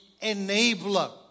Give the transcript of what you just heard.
enabler